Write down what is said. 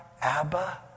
Abba